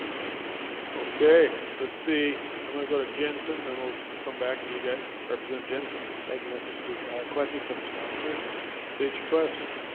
thank you okay, let's see i'm gonna go to jensen then we'll come back to you guys representing jensen thank you mr. speaker question for the sponsor state your question